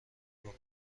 بکن